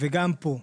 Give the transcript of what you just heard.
וגם פה.